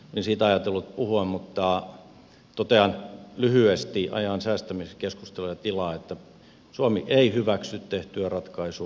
en siitä ajatellut puhua mutta totean lyhyesti ajan säästämiseksi että jää keskustelulle tilaa että suomi ei hyväksy tehtyä ratkaisua